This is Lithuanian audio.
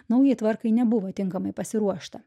naujai tvarkai nebuvo tinkamai pasiruošta